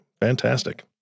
Fantastic